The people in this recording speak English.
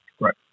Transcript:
Right